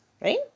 Right